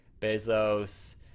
bezos